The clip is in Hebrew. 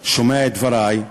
איננו שומע את דברי,